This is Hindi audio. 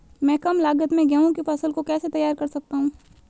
मैं कम लागत में गेहूँ की फसल को कैसे तैयार कर सकता हूँ?